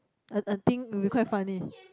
I I think will be quite funny